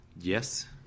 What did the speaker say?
Yes